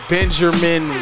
Benjamin